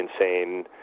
insane